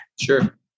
Sure